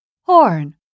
Horn